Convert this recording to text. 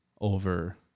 over